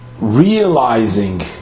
realizing